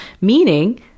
meaning